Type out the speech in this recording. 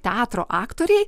teatro aktoriai